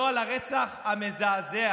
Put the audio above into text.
לא על הרצח המזעזע